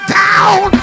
down